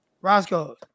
Roscoe